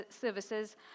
services